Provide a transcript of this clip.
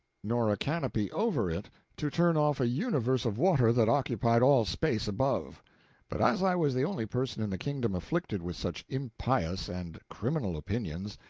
nor a canopy over it to turn off a universe of water that occupied all space above but as i was the only person in the kingdom afflicted with such impious and criminal opinions,